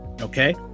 Okay